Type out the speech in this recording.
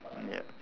yup